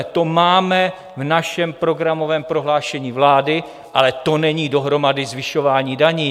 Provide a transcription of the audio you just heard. To máme v našem programovém prohlášení vlády, ale to není dohromady zvyšování daní.